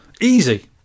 easy